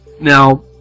now